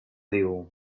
diu